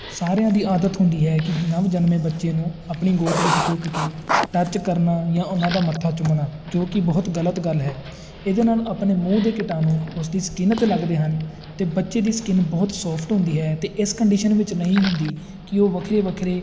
ਸਾਰਿਆਂ ਦੀ ਆਦਤ ਹੁੰਦੀ ਹੈ ਕਿ ਨਵ ਜਨਮੇ ਬੱਚੇ ਨੂੰ ਆਪਣੀ ਗੋਦ ਵਿੱਚ ਚੁੱਕ ਕੇ ਟਚ ਕਰਨਾ ਜਾਂ ਉਹਨਾਂ ਦਾ ਮੱਥਾ ਚੁੰਮਣਾ ਜੋ ਕਿ ਬਹੁਤ ਗਲਤ ਗੱਲ ਹੈ ਇਹਦੇ ਨਾਲ ਆਪਣੇ ਮੂੰਹ ਦੇ ਕੀਟਾਣੂ ਉਸ ਦੀ ਸਕਿੰਨ 'ਤੇ ਲੱਗਦੇ ਹਨ ਅਤੇ ਬੱਚੇ ਦੀ ਸਕਿੰਨ ਬਹੁਤ ਸੋਫਟ ਹੁੰਦੀ ਹੈ ਅਤੇ ਇਸ ਕੰਡੀਸ਼ਨ ਵਿੱਚ ਨਹੀਂ ਹੁੰਦੀ ਕਿ ਉਹ ਵੱਖਰੇ ਵੱਖਰੇ